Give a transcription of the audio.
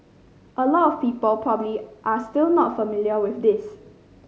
a lot of people probably are still not familiar with this